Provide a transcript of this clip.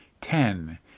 Ten